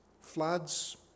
floods